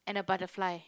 and a butterfly